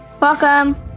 Welcome